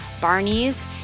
Barney's